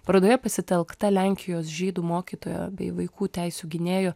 parodoje pasitelkta lenkijos žydų mokytojo bei vaikų teisių gynėjo